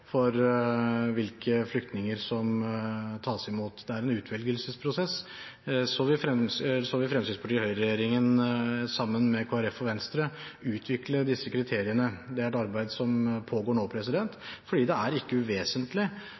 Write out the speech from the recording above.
for hvilke flyktninger som tas imot. Det er en utvelgelsesprosess. Høyre–Fremskrittsparti-regjeringen vil sammen med Kristelig Folkeparti og Venstre utvikle disse kriteriene. Det er et arbeid som pågår nå, for det er ikke uvesentlig